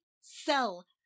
sell